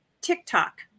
TikTok